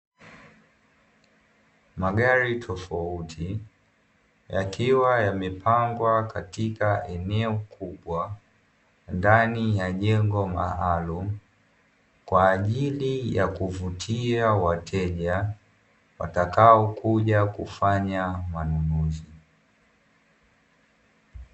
Magari tofauti yakiwa yamepangwa katika eneo kubwa ndani ya jengo maalumu, kwa ajili ya kuvutia wateja watakao kuja kufanya manunuzi.